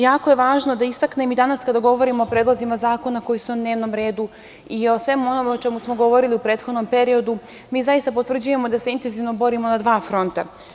Jako je važno da istaknem i danas kada govorimo o predlozima zakona koji su na dnevnom redu i o svemu onom o čemu smo govorili u prethodnom periodu, mi zaista potvrđujemo da se intenzivno borimo na dva fronta.